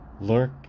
Lurk